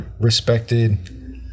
respected